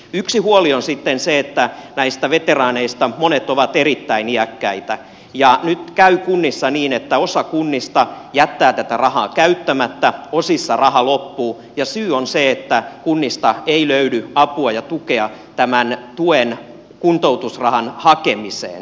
yksi huoli on sitten se että näistä veteraaneista monet ovat erittäin iäkkäitä ja nyt käy kunnissa niin että osa kunnista jättää tätä rahaa käyttämättä osissa raha loppuu ja syy on se että kunnista ei löydy apua ja tukea tämän kuntoutusrahan hakemiseen